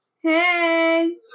Hey